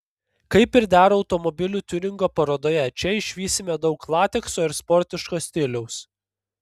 kaip ir dera automobilių tiuningo parodoje čia išvysime daug latekso ir sportiško stiliaus